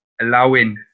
allowing